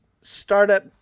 startup